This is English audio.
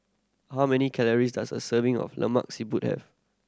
how many calories does a serving of Lemak Siput have